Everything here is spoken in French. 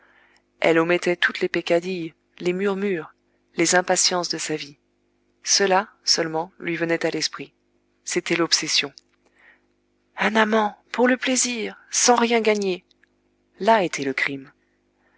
elle omettait toutes les peccadilles les murmures les impatiences de sa vie cela seulement lui venait à l'esprit c'était l'obsession un amant pour le plaisir sans rien gagner là était le crime